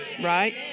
right